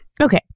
Okay